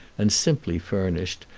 and simply furnished,